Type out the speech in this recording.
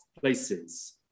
places